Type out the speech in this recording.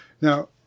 Now